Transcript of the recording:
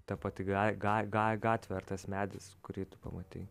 ta pati ga ga ga gatvė ar tas medis kurį tu pamatei